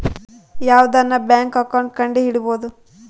ಯಾವ್ದನ bank account ಕಂಡುಹಿಡಿಬೋದು